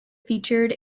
featured